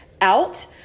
out